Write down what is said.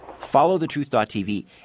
Followthetruth.tv